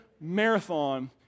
marathon